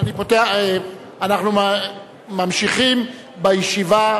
אנחנו ממשיכים בישיבה.